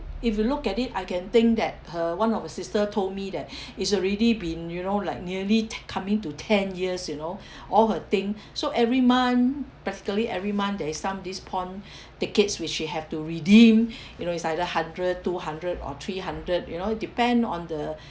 if you look at it I can think that her one of her sister told me that it's already been you know like nearly te~ coming to ten years you know all her thing so every month practically every month there is some this pawn tickets which she have to redeem you know it's either hundred two hundred or three hundred you know depend on the